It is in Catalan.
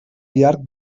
llarg